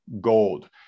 gold